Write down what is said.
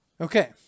Okay